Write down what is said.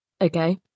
Okay